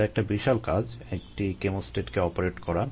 এটা একটা বিশাল কাজ একটি কেমোস্ট্যাটকে অপারেট করা